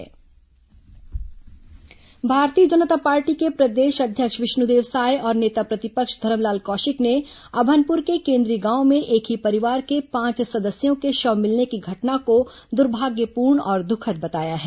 साय कौशिक बयान भारतीय जनता पार्टी के प्रदेश अध्यक्ष विष्णुदेव साय और नेता प्रतिपक्ष धरमलाल कौशिक ने अभनपुर के केन्द्री गांव में एक ही परिवार के पांच सदस्यों के शव मिलने की घटना को दुर्भाग्यपूर्ण और दुखद बताया है